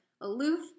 aloof